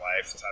life